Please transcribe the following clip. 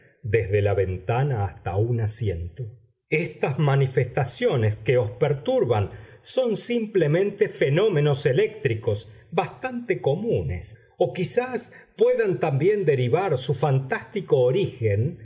desde la ventana hasta un asiento estas manifestaciones que os perturban son simplemente fenómenos eléctricos bastante comunes o quizá puedan también derivar su fantástico origen